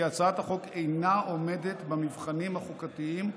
הצעת החוק אינה עומדת במבחנים החוקתיים,